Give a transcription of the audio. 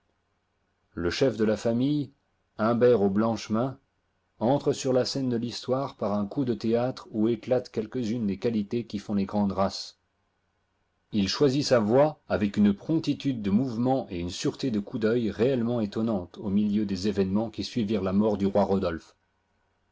le chef de la famille humbert aux blanches mains entre sur la scène de l'histoire par un coup de théâtre où éclatent quelques unes des qualités qui font les grandes races il choisit sa voie avec une promptitude de mouvement et une sûreté de coup d'œil réellement étonnantes au milieu des événements qui suivirent la mort du roi rodolphe